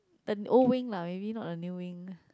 the old wing lah maybe not the new wing